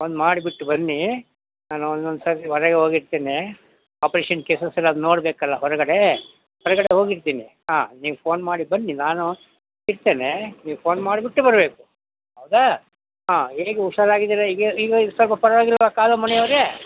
ಒಂದು ಮಾಡಿಬಿಟ್ಟು ಬನ್ನಿ ನಾನು ಒಂದೊಂದು ಸಲ ಹೊರಗೆ ಹೋಗಿರ್ತೀನಿ ಆಪ್ರೇಷನ್ ಕೇಸಸ್ ಎಲ್ಲ ನೋಡಬೇಕಲ್ಲ ಹೊರಗಡೆ ಹೊರಗಡೆ ಹೋಗಿರ್ತೀನಿ ಹಾಂ ನೀವು ಪೋನ್ ಮಾಡಿ ಬನ್ನಿ ನಾನು ಸಿಗ್ತೇನೆ ನೀವು ಫೋನ್ ಮಾಡಿಬಿಟ್ಟೆ ಬರಬೇಕು ಹೌದಾ ಹಾಂ ಈಗ ಹುಷಾರಾಗಿದೀರ ಈಗ ಈಗೆ ಸ್ವಲ್ಪ ಪರವಾಗಿಲ್ವಾ ಕಾಲು ಮಣಿಯವರೆ